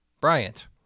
Bryant